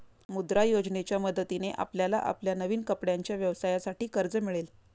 मुद्रा योजनेच्या मदतीने आपल्याला आपल्या नवीन कपड्यांच्या व्यवसायासाठी कर्ज मिळेल